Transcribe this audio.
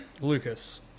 Lucas